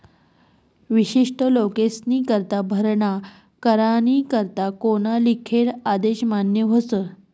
विशिष्ट लोकेस्नीकरता भरणा करानी करता कोना लिखेल आदेश मान्य व्हस